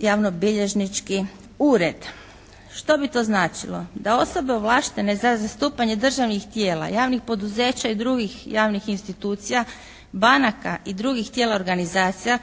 javnobilježnički ured. Što bi to značilo? Da osobe ovlaštene za zastupanje državnih tijela, javnih poduzeća i drugih javnih institucija, banaka i drugih tijela organizacija